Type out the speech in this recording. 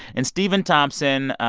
and stephen thompson,